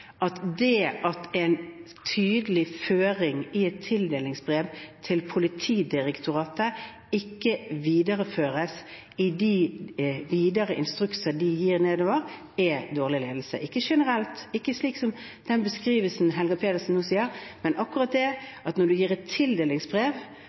at det at en tydelig føring i et tildelingsbrev til Politidirektoratet ikke videreføres i de videre instrukser de gir nedover, er dårlig ledelse – ikke generelt og ikke slik som den beskrivelsen Helga Pedersen nå gir, men akkurat det at man ikke klarer å videreføre et tildelingsbrev